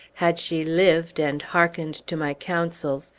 had she lived, and hearkened to my counsels,